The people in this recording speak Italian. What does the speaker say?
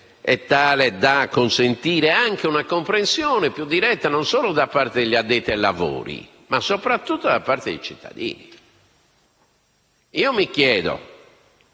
e tale da consentire anche una comprensione più diretta, non solo da parte degli addetti ai lavori, ma soprattutto da parte dei cittadini. I cittadini